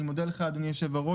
אני מודה לך, אדוני היושב-ראש.